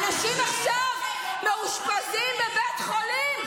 אנשים עכשיו מאושפזים בבית חולים.